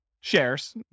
shares